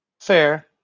Fair